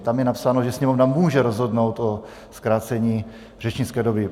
Tam je napsáno, že Sněmovna může rozhodnout o zkrácení řečnické doby.